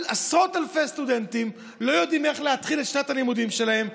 עשרות אלפי סטודנטים לא יודעים איך להתחיל את שנת הלימודים שלהם.